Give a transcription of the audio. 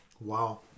Wow